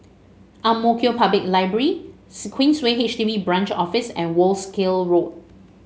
Ang Mo Kio Public Library Queensway H D B Branch Office and Wolskel Road